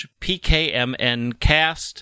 pkmncast